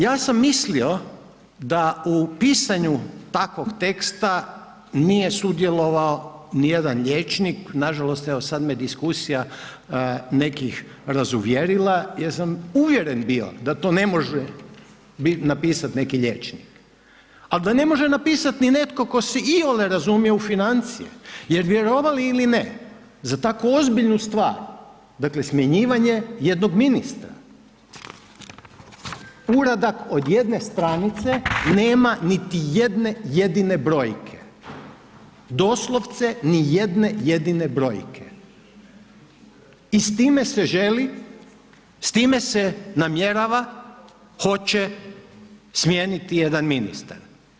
Ja sam mislio da u pisanju takvog teksta nije sudjelovao nijedan liječnik, nažalost evo sad me diskusija nekih razuvjerila jer sam uvjeren bio da to ne može napisat neki liječnik, al da ne može napisat ni netko tko se iole razumije u financije jer vjerovali ili ne za tako ozbiljnu stvar, dakle smjenjivanje jednog ministra, uradak od jedne stranice nema niti jedne jedine brojke, doslovce ni jedne jedine brojke i s time se želi, s time se namjerava, hoće smijeniti jedan ministar.